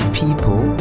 people